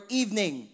evening